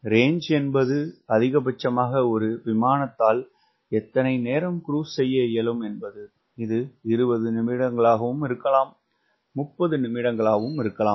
range என்பது அதிகபட்சமாக ஒரு விமானத்தால் எத்தனை நேரம் குரூஸ் செய்ய இயலும் என்பது இது 20 நிமிடங்களாகவும் இருக்கலாம் 30 ஆகவும் இருக்கலாம்